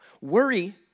Worry